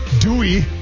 dewey